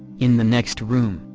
in the next room,